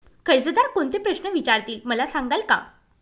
कर्जदार कोणते प्रश्न विचारतील, मला सांगाल का?